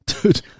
Dude